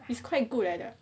is quite good leh the the